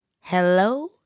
Hello